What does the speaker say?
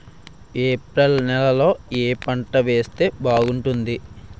April నెలలో ఏ పంట వేస్తే బాగుంటుంది?